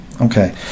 Okay